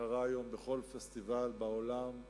מתחרה היום בכל פסטיבל בעולם,